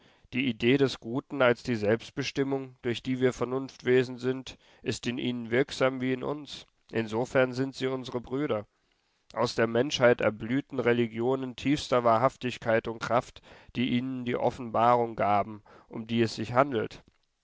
die idee des guten als die selbstbestimmung durch die wir vernunftwesen sind ist in ihnen wirksam wie in uns insofern sind sie unsere brüder aus der menschheit erblühten religionen tiefster wahrhaftigkeit und kraft die ihnen die offenbarung gaben um die es sich handelt